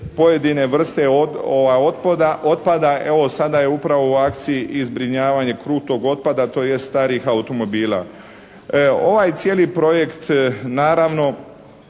pojedine vrste otpada. Evo sada je upravo u akciji i zbrinjavanje krutog otpada, tj. starih automobila. Ovaj cijeli projekt naravno